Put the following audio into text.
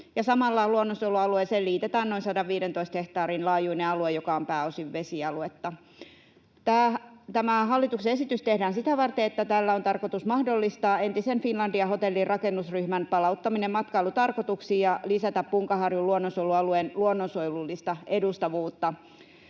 samalla luonnonsuojelualueeseen liitetään noin 115 hehtaarin laajuinen alue, joka on pääosin vesialuetta. Tämä hallituksen esitys tehdään sitä varten, että tällä on tarkoitus mahdollistaa entisen Finlandia-hotellin rakennusryhmän palauttaminen matkailutarkoituksiin ja lisätä Punkaharjun luonnonsuojelualueen luonnonsuojelullista edustavuutta.